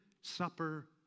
supper